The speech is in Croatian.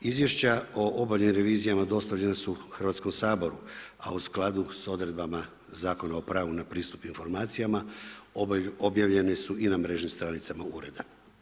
Izvješća o obavljenim revizijama dostavljena su Hrvatskom saboru a u skladu s odredbama Zakona o pravu na pristup informacijama, objavljene su i na mrežnim stranicama Ureda.